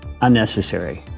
unnecessary